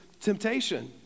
temptation